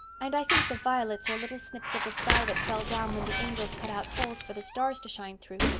and i think the violets are little snips of the sky that fell down when the angels cut out holes for the stars to shine through.